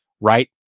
Right